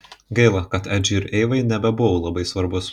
gaila kad edžiui ir eivai nebebuvau labai svarbus